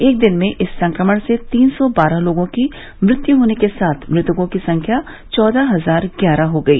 एक दिन में इस संक्रमण से तीन सौ बारह लोगों की मृत्यु होने के साथ मृतकों की संख्या चौदह हजार ग्यारह हो गई